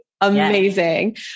Amazing